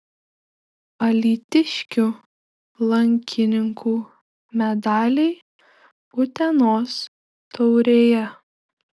alytiškių lankininkų medaliai utenos taurėje